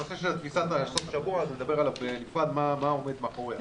על הנושא של תפיסת סוף שבוע נדבר בנפרד מה עומד מאחוריו.